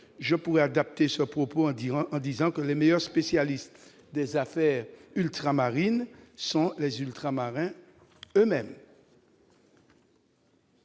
Je pourrais adapter ce propos en disant que les meilleurs spécialistes des affaires ultramarines sont les Ultramarins eux-mêmes.